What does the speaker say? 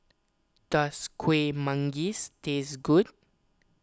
does Kuih Manggis taste good